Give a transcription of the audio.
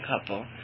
couple